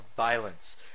Violence